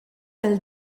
dal